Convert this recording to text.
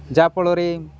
ଯାହାଫଳରେ